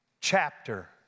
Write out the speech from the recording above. Chapter